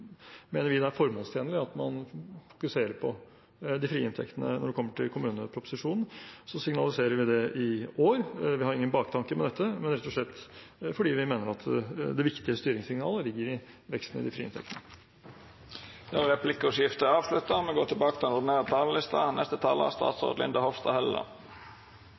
signaliserer vi det i år. Vi har ingen baktanke med dette, det er rett og slett fordi vi mener at det viktige styringssignalet ligger i veksten i de frie inntektene. Replikkordskiftet er avslutta. Regjeringen jobber aktivt med å legge til